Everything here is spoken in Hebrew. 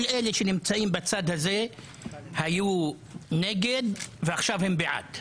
כל אלה שנמצאים בצד הזה היו נגד ועכשיו הם בעד.